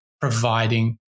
providing